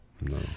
No